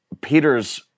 Peter's